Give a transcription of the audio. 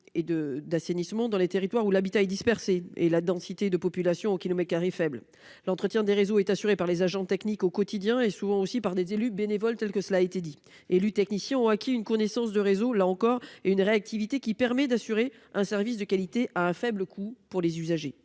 et d'assainissement dans les territoires où l'habitat est dispersé et où la densité de population au kilomètre carré est faible. Au quotidien, l'entretien des réseaux est assuré par les agents techniques, mais aussi, souvent, par des élus bénévoles, comme cela a été dit. Élus et techniciens ont acquis une connaissance des réseaux et une réactivité qui permettent d'assurer un service de qualité à un faible coût pour les usagers.